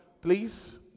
please